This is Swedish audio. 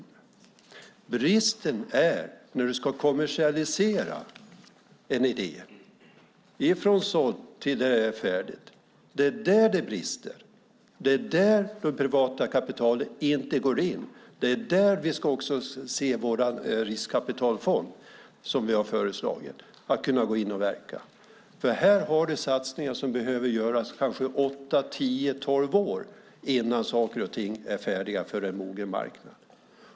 Men det brister när vi ska kommersialisera en idé från sådd tills det är färdigt. Det är där det privata kapitalet inte går in. Det är där den riskkapitalfond som vi har föreslagit ska in och verka. Här är det satsningar som behöver göras kanske åtta tio tolv år innan saker och ting är färdiga för en mogen marknad.